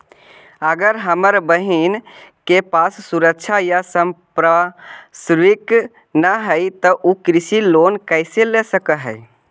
अगर हमर बहिन के पास सुरक्षा या संपार्श्विक ना हई त उ कृषि लोन कईसे ले सक हई?